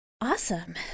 Awesome